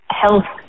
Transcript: health